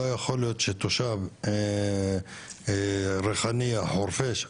לא יכול להיות שתושב ריחאניה או חורפש,